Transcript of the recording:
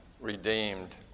redeemed